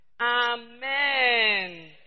Amen